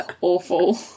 awful